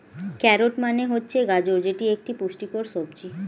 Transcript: carrot মানে হচ্ছে গাজর যেটি একটি পুষ্টিকর সবজি